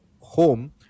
home